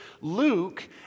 Luke